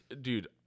dude